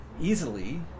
easily